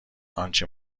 آنچه